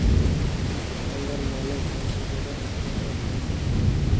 कुछ दुकानदार मानक तौल की जगह पत्थरों का प्रयोग करते हैं